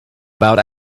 about